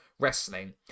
wrestling